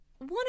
One